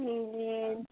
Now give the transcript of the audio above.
جی